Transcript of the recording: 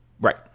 Right